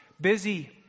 busy